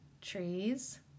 trees